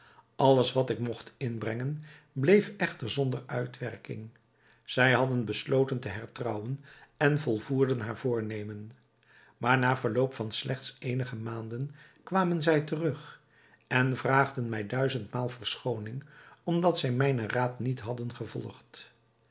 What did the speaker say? alles wat ik mogt inbrengen bleef echter zonder uitwerking zij hadden besloten te hertrouwen en volvoerden haar voornemen maar na verloop van slechts eenige maanden kwamen zij terug en vraagden mij duizendmaal verschooning omdat zij mijnen raad niet hadden gevolgd